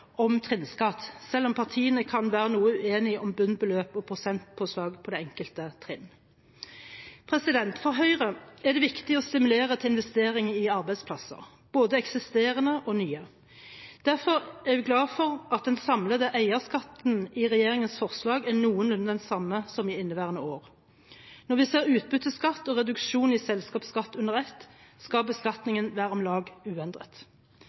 om trinnskatt, selv om partiene kan være noe uenige om bunnbeløp og prosentpåslag på det enkelte trinn. For Høyre er det viktig å stimulere til investering i arbeidsplasser, både eksisterende og nye. Derfor er vi glad for at den samlede eierbeskatningen i regjeringens forslag er noenlunde den samme som i inneværende år. Når vi ser utbytteskatt og reduksjon i selskapsskatt under ett, skal beskatningen være om lag uendret.